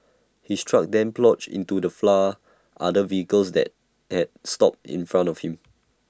his truck then ploughed into the flour other vehicles that had stopped in front of him